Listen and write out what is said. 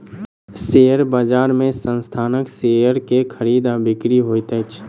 share बजार में संस्थानक शेयर के खरीद आ बिक्री होइत अछि